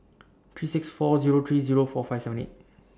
three six four Zero three Zero four five seven eight